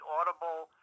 Audible